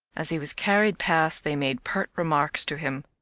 as he was carried past they made pert remarks to him.